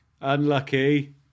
Unlucky